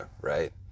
right